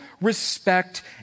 respect